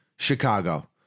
Chicago